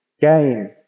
game